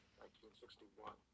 1961